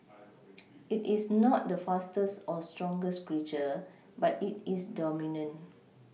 it is not the fastest or strongest creature but it is dominant